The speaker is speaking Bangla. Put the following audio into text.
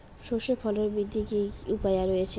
সর্ষের ফলন বৃদ্ধির কি উপায় রয়েছে?